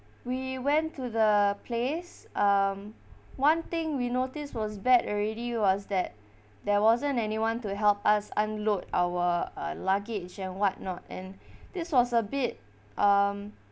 we went to the place um one thing we notice was bad already was that there wasn't anyone to help us unload our uh luggage and what not and this was a bit um